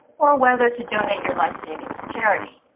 or whether to donate your life savings to charity.